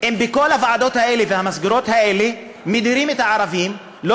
אם בכל הוועדות האלה והמסגרות האלה מדירים את הערבים ולא